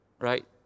Right